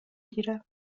گیره